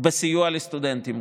בסיוע לסטודנטים.